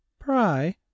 Pry